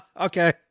Okay